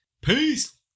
Peace